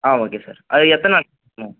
ஆ okay sir அது எத்தனை நாள் ம்